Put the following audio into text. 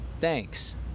thanks